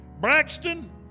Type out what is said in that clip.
Braxton